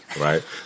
Right